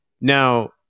Now